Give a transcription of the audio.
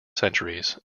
centuries